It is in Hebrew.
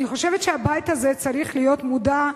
אני חושבת שהבית הזה צריך להיות מודע,